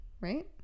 right